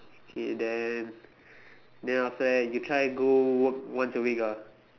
okay then then after that you try go work once a week ah